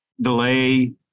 delay